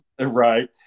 Right